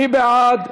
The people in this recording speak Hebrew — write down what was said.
מי בעד?